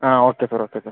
ആ okay sir okay sir